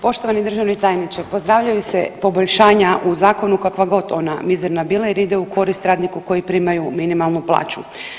Poštovani državni tajniče, pozdravljaju se poboljšanja u zakonu kakva god ona mizerna bila jer ide u korist radniku koji primaju minimalnu plaću.